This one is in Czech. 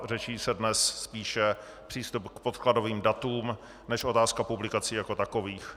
Řeší se dnes spíše přístup k podkladovým datům než otázka publikací jako takových.